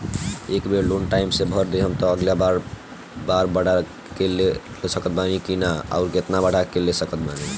ए बेर loan time से भर देहम त अगिला बार बढ़ा के ले सकत बानी की न आउर केतना बढ़ा के ले सकत बानी?